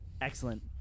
Excellent